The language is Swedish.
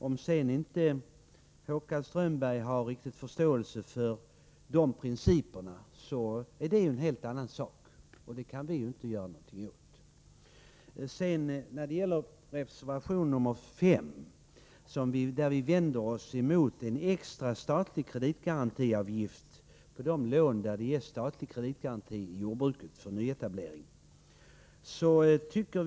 Om han sedan inte riktigt har förståelse för de principerna är en helt annan sak. Det kan vi inte göra någonting åt. I reservation nr 5 vänder vi oss emot en extra kreditgarantiavgift på de lån där det ges statlig statlig kreditgaranti för nyetablering i jordbruket.